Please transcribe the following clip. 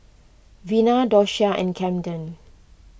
Vina Doshia and Kamden